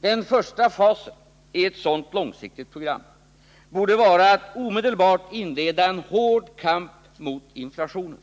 Den första fasen i ett sådant långsiktigt program borde vara att omedelbart inleda en hård kamp mot inflationen